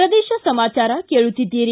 ಪ್ರದೇಶ ಸಮಾಚಾರ ಕೇಳುತ್ತಿದ್ದೀರಿ